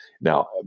Now